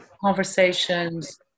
conversations